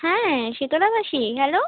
হ্যাঁ শীতলা মাসি হ্যালো